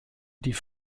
die